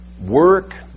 work